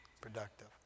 Productive